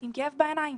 עם כאב בעיניים,